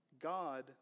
God